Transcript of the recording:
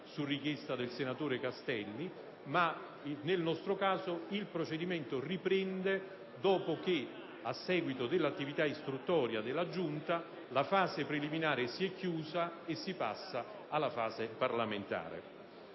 su richiesta del senatore Castelli, ma riprende dopo che, a seguito dell'attività istruttoria della Giunta, la fase preliminare si è chiusa e si passa alla fase parlamentare.